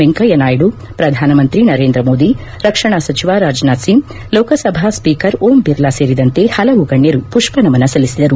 ವೆಂಕಯ್ಯ ನಾಯ್ದು ಪ್ರಧಾನಮಂತ್ರಿ ನರೇಂದ್ರ ಮೋದಿ ರಕ್ಷಣಾ ಸಚಿವ ರಾಜನಾಥ್ ಸಿಂಗ್ ಲೋಕಸಭಾ ಸ್ವೀಕರ್ ಓಂ ಬಿರ್ಲಾ ಸೇರಿದಂತೆ ಹಲವು ಗಣ್ಯರು ಪುಷ್ಪನಮನ ಸಲ್ಲಿಸಿದರು